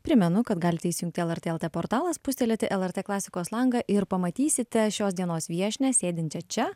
primenu kad galite įsijungti lrt lt portalą spustelėti lrt klasikos langą ir pamatysite šios dienos viešnią sėdinčią čia